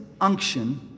unction